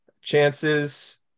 Chances